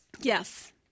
Yes